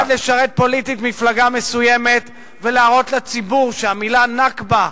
הוא נועד לשרת פוליטית מפלגה מסוימת ולהראות לציבור שהמלה "נכבה"